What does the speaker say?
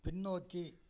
பின்னோக்கி